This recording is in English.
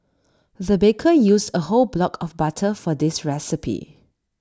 the baker used A whole block of butter for this recipe